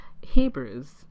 Hebrews